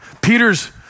Peter's